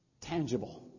tangible